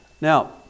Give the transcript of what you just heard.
Now